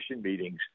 meetings